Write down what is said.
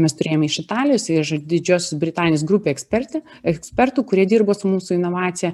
mes turėjome iš italijos ir didžiosios britanijos grupę ekspertų ekspertų kurie dirbo su mūsų inovacija